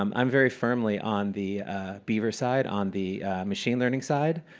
um i'm very firmly on the beaver side on the machine learning side.